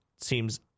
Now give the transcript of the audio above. Seems